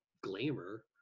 glamour